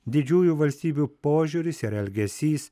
didžiųjų valstybių požiūris ir elgesys